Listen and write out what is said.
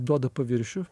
duodu paviršių